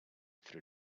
through